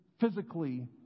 physically